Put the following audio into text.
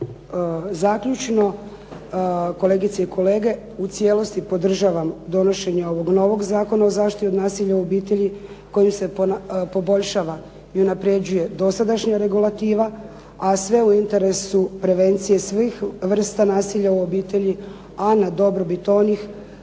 zaključno. Kolegice i kolege, u cijelosti podržavam donošenje ovog novog Zakona o zaštiti od nasilja u obitelji, kojim se poboljšava i unaprjeđuje dosadašnja regulativa, a sve u interesu prevencije svih vrsta nasilja u obitelji, a na dobrobit onih